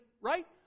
Right